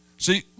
See